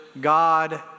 God